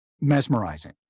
mesmerizing